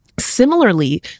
Similarly